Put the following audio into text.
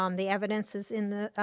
um the evidence is in the,